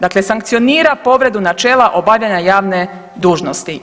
Dakle sankcionira povredu načela obavljanja javne dužnosti.